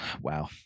wow